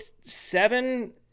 seven